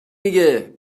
دیگه